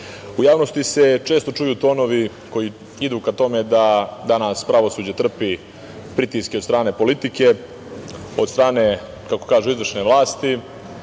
javnosti se često čuju tonovi koji idu ka tome da danas pravosuđe trpi pritiske od strane politike, od strane, kako kažu, izvršne vlasti,